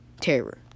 terror